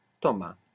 toma